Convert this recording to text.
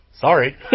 sorry